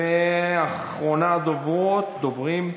אחרונת הדוברים,